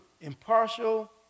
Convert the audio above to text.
impartial